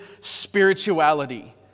spirituality